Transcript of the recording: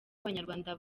abanyarwanda